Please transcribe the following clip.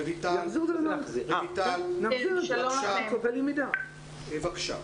רויטל, בבקשה.